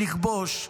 לכבוד,